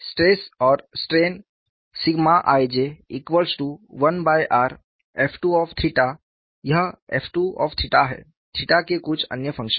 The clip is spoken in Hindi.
स्ट्रेस और स्ट्रेन ij1rf2 यह f2 है थीटा के कुछ अन्य फंक्शन